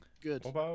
good